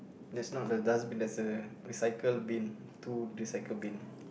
that's not the dustbin that's a recycle bin two recycle bin